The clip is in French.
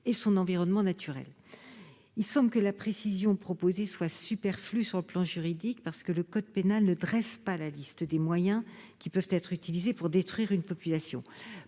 et son environnement naturel. La précision proposée semble pourtant superflue sur le plan juridique : le code pénal ne dressant pas la liste des moyens qui peuvent être utilisés pour détruire une population,